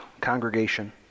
congregation